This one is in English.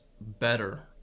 better